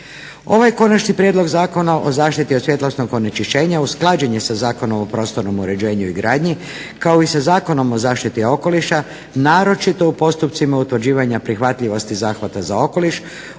Ovaj Konačni prijedlog Zakona o zaštiti od svjetlosnog onečišćenja usklađen je sa Zakonom o prostornom uređenju i gradnji kao i sa Zakonom o zaštiti okoliša naročito u postupcima utvrđivanja prihvatljivosti zahvata za okoliš